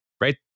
right